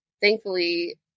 Thankfully